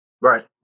Right